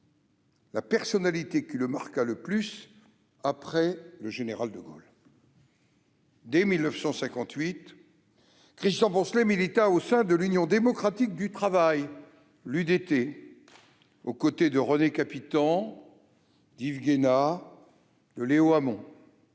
la personnalité qui le marqua le plus après le général de Gaulle. Dès 1958, Christian Poncelet milita au sein de l'Union démocratique du travail, l'UDT, aux côtés de René Capitant, d'Yves Guéna, de Léo Hamon.